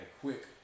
quick